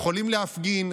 יכולים להפגין.